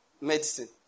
medicine